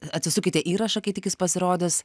atsisukite įrašą kai tik jis pasirodys